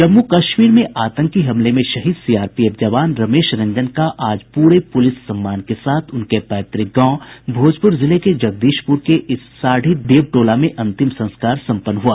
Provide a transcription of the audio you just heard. जम्मू कश्मीर में आतंकी हमले में शहीद सीआरपीएफ जवान रमेश रंजन का आज प्ररे पूलिस सम्मान के साथ उनके पैतुक गांव भोजपूर जिले के जगदीशपूर के इसाढ़ी देव टोला में अंतिम संस्कार सम्पन्न हुआ